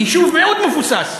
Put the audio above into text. יישוב מאוד מבוסס,